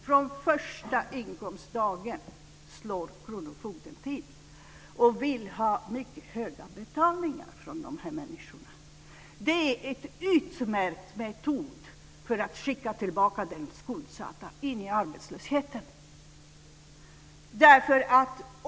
Från första inkomstdagen slår kronofogden till och vill ha höga inbetalningar från denna människa. Det är en utmärkt metod för att skicka tillbaka den skuldsatta in i arbetslösheten.